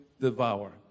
devour